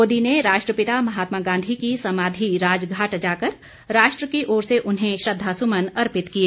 मोदी ने राष्ट्रपिता महात्मा गांधी की समाधि राजघाट जाकर राष्ट्र की ओर से उन्हें श्रद्धासुमन अर्पित किए